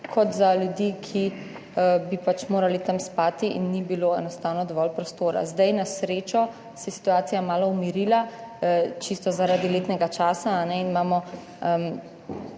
kot za ljudi, ki bi pač morali tam spati in ni bilo enostavno dovolj prostora. Zdaj, na srečo se je situacija malo umirila čisto, zaradi letnega časa imamo